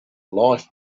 life